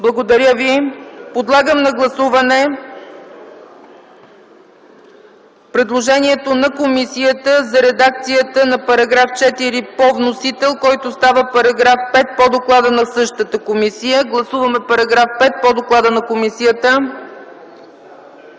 Благодаря ви. Подлагам на гласуване предложението на комисията за редакцията на § 4 по вносител, който става § 5 по доклада на същата комисия. Гласуваме § 5 по доклада на комисията.